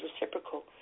reciprocal